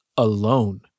alone